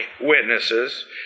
witnesses